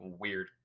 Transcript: weird